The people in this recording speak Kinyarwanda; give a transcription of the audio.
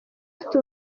afite